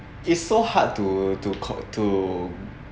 it's so hard to to to